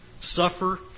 suffer